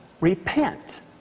Repent